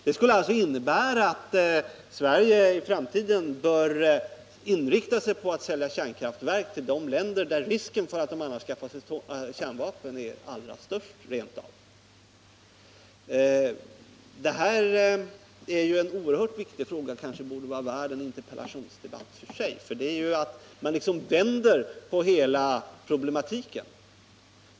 Det skulle innebära att Sverige i framtiden bör inrikta sig på att sälja kärnkraftverk till de länder där risken för anskaffning av kärnvapen är allra störst. Detta är en oerhört viktig fråga. Den borde kanske vara värd en interpellationsdebatt för sig, eftersom man här vänder på hela problematiken.